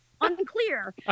unclear